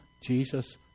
Jesus